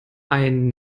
ein